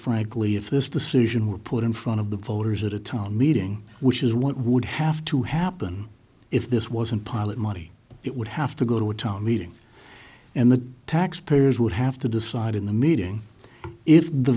frankly if this decision were put in front of the voters at a town meeting which is what would have to happen if this wasn't pilot money it would have to go to a town meeting and the taxpayers would have to decide in the meeting if the